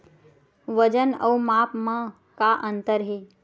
वजन अउ माप म का अंतर हे?